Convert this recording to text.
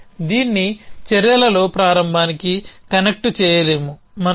మనం దీన్ని చర్యలో ప్రారంభానికి కనెక్ట్ చేయలేము